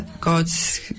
God's